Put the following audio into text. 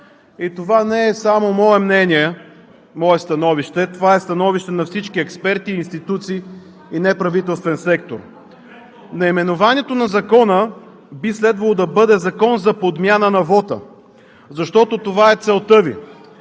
И това не е само мое мнение, мое становище – това е становище на всички експерти, институции и неправителствения сектор. (Оживление, реплики от ГЕРБ.) Наименованието на Закона би следвало да бъде „Закон за подмяна на вота“, защото това е целта Ви.